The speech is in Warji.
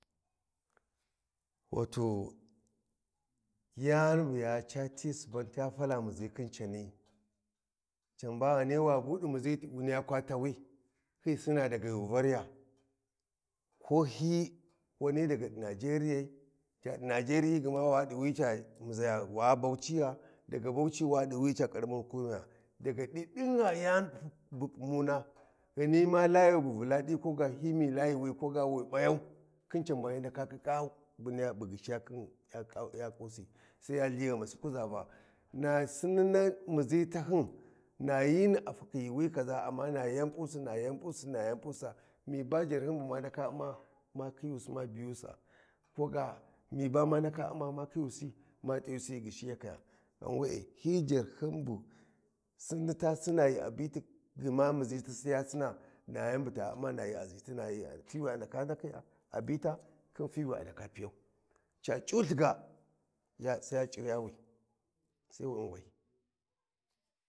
Watau yani buya ca ti suban tamuzi khin cani, can ba Ghani wa bu di muzi kwatawi, hyi sinna daga ghi wi variya, ko hyi wani daga di Nigeriyai Nigeriyi gma wani daga di yi camuzaya wa Bauchi gha daga Bauchi wadi wuyi karamar hukumaya. Da gadi dingha yani bu ummu na Ghani ma layu b uvula di koga hyi myi layu wi ko ga wi bayau khin. Can ba hyi ndaka kikka sai ya ltha ghamasi kuza va na sinna ni muzi tahyun nayi ni a fakhi muzi kaza amma nay an pusi na yan pusi na yan pusa mi ba ma ndaka umma ma khi yusi ma biyu sa ko ga me ba ma ndaka umma ma khiyusi ma t’ayusi ghi ghishiya kaya, ghanwe’e hyi jarhyun bu sinni ta sina ghi a biti gma muzi tassi ya sina na yan ta umma na ghi a zhiti na yi fi wi a ndaka ndakhiya a bita khinfi wi a ndaka piyu ta c’uti ga sai ya c’iriya wis ai wu um wai.